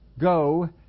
Go